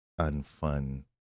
unfun